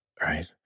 right